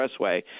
expressway